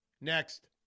Next